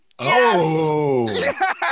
Yes